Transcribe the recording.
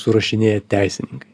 surašinėja teisininkai